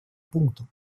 пункту